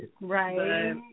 right